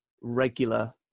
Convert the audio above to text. regular